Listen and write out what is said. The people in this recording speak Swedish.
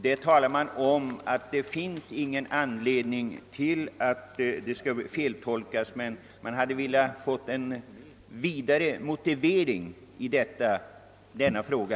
Där uppges, som jag tolkat det, att det inte finns någon anledning till ändring eller feltolkning, men man hade velat få en vidare motivering i denna fråga.